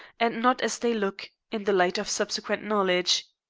and not as they look in the light of subsequent knowledge.